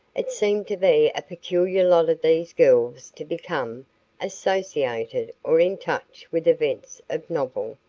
it seemed to be a peculiar lot of these girls to become associated or in touch with events of novel,